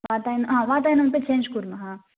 वातायनं हा वातायनमपि चेञ्ज् कुर्मः